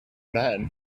man